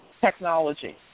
technology